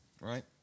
right